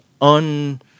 un